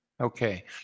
Okay